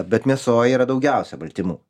bet mėsoj yra daugiausia baltymų